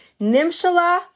nimshala